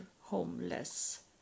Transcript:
homeless